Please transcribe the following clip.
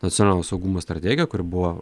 nacionalinio saugumo strategija kuri buvo